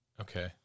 Okay